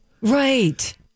Right